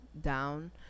down